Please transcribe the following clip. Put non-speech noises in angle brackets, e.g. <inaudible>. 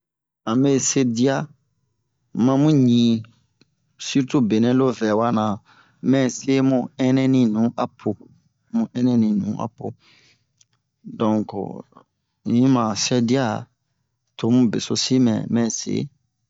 a mɛ sɛ diya mamu ɲi sirtu benɛ lo vɛwa-na mɛ se mu ɛnɛni nu apo mu ɛnɛni nu apo <noise> donk in yi ma sɛ diya tomu besosi mɛ mɛ se